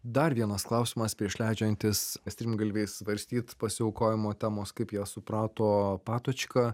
dar vienas klausimas prieš leidžiantis strimgalviais svarstyt pasiaukojimo temos kaip ją suprato patočka